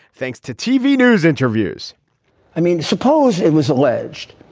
thanks to tv news interviews i mean suppose it was alleged.